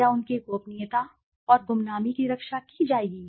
क्या उनकी गोपनीयता और गुमनामी की रक्षा की जाएगी